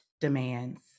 demands